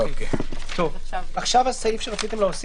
תומר, מה הצעת?